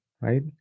right